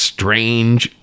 Strange